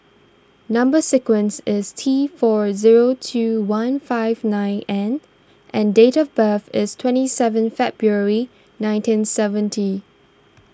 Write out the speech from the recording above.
Number Sequence is T four eight zero two one five nine N and date of birth is twenty seven February nineteen thirty seven